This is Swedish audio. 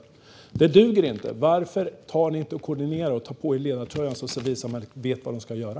Detta duger inte! Varför koordinerar ni inte och tar på er ledartröjan så att civilsamhället vet vad de ska göra?